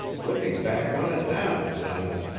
looking back on it, now, simon,